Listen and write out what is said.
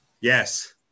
Yes